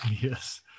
Yes